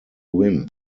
win